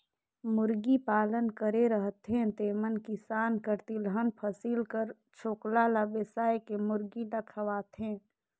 मुरगी पालन करे रहथें तेमन किसान कर तिलहन फसिल कर छोकला ल बेसाए के मुरगी ल खवाथें